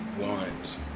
want